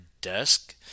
desk